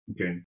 okay